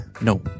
No